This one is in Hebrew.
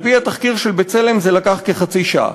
על-פי התחקיר של "בצלם" זה לקח כחצי שעה.